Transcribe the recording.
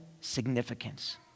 significance